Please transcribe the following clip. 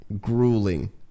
grueling